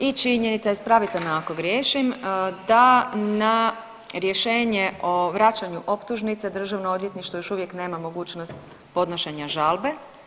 I činjenica je, ispravite me ako griješim da na rješenje o vraćanju optužnice Državno odvjetništvo još uvijek nema mogućnost podnošenja žalbe.